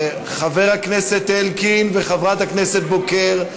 חבר הכנסת אלקין וחברת הכנסת בוקר,